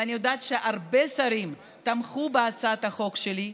ואני יודעת שהרבה שרים תמכו בהצעת החוק שלי.